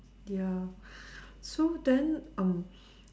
ya so then um